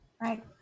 right